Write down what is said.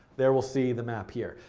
there we'll see the map here.